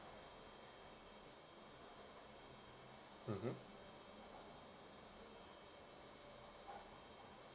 mmhmm